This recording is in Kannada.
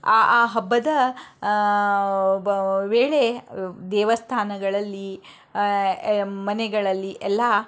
ಆ ಆ ಹಬ್ಬದ ವೇಳೆ ದೇವಸ್ಥಾನಗಳಲ್ಲಿ ಮನೆಗಳಲ್ಲಿ ಎಲ್ಲ